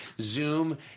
Zoom